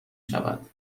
شود